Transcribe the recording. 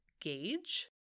gauge